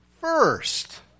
first